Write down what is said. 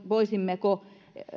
voisimmeko esimerkiksi